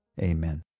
Amen